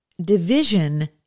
division